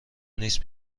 نیست